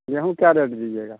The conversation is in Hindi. गेहूँ क्या रेट दीजिएगा